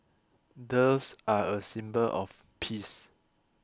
doves are a symbol of peace